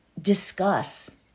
discuss